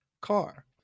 car